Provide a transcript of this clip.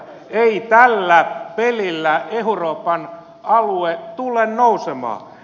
ei tällä pelillä euroopan alue tule nousemaan